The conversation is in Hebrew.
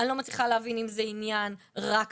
אני לא מצליחה להבין אם זה עניין רק תקציבי.